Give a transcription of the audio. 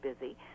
busy